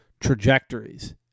trajectories